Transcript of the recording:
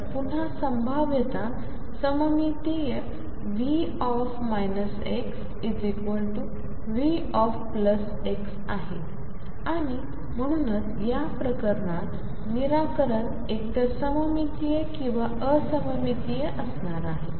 तर पुन्हा संभाव्यता सममितीय V xVx आहे आणि म्हणूनच या प्रकरणात निराकरण एकतर सममितीय किंवा असममितीय असणार आहे